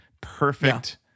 Perfect